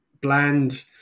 bland